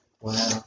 Wow